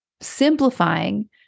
Simplifying